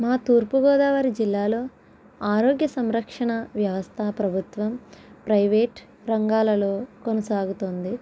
మా తూర్పుగోదావరి జిల్లాలో ఆరోగ్య సంరక్షణ వ్యవస్థా ప్రభుత్వం ప్రైవేట్ రంగాలలో కొనసాగుతోంది